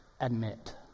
admit